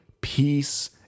peace